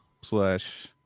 slash